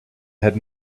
had